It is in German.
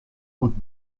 und